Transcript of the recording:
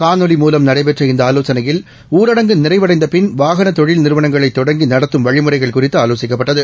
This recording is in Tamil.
காணொலி மூலம் நடைபெற்ற இந்தஆலோசனையில் ஊரடங்கு நிறைவடைந்தபின் வாகனதொழில் நிறுவனங்களைதொடங்கிநடத்தும் வழிமுறைகள் குறித்துஆலோசிக்கப்பட்டது